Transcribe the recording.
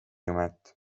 jumet